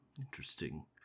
Interesting